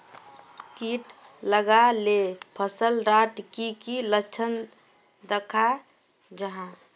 किट लगाले फसल डात की की लक्षण दखा जहा?